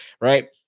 Right